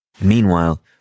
Meanwhile